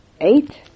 eight